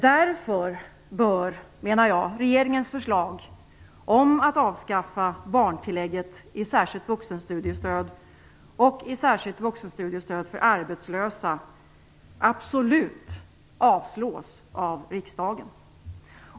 Därför menar jag att regeringens förslag om att avskaffa barntillägget i särskilt vuxenstudiestöd och i särskilt vuxenstudiestöd för arbetslösa absolut bör avslås av riksdagen.